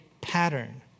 pattern